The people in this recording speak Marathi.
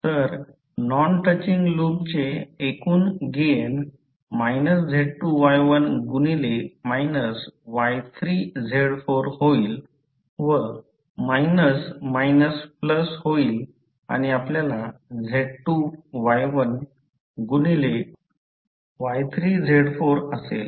तर नॉन टचिंग लूपचे एकूण गेन Z2Y1 गुणिले Y3Z4 होईल व मायनस मायनस प्लस होईल आणि आपल्याला Z2Y1 गुणिले Y3Z4 असेल